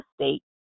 state